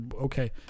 okay